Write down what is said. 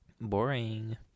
Boring